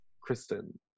Kristen